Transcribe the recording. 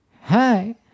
Hi